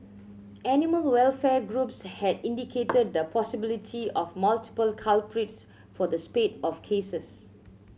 animal welfare groups had indicated the possibility of multiple culprits for the spate of cases